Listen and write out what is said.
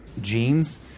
jeans